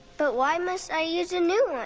but why must i use a new one?